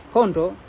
Kondo